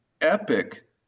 epic